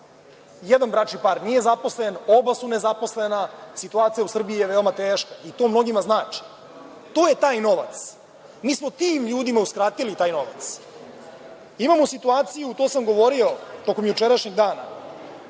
jedan bračni par nije zaposlen, pa su oba nezaposlena, itd. Situacija u Srbiji je veoma teška i to mnogima znači. To je taj novac. Mi smo tim ljudima uskratili taj novac. Imamo situaciju, to sam govorio tokom jučerašnjeg dana,